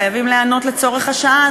חייבים להיענות לצורך השעה,